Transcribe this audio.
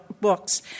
books